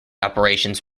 operations